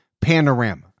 Panorama